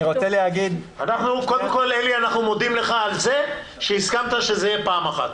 אנחנו מודים לך על זה שהסכמת שזה יהיה פעם אחת.